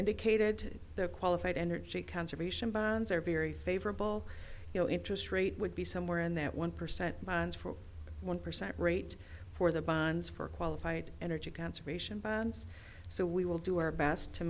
indicated the qualified energy conservation bonds are very favorable you know interest rate would be somewhere in that one percent bonds for a one percent rate for the bonds for qualified energy conservation bonds so we will do our best to